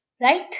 right